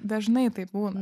dažnai taip būna